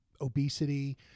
obesity